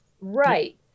right